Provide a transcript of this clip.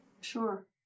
Sure